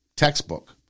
Textbook